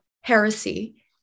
heresy